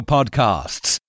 Podcasts